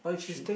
she